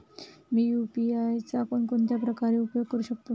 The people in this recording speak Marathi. मी यु.पी.आय चा कोणकोणत्या प्रकारे उपयोग करू शकतो?